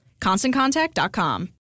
ConstantContact.com